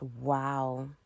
Wow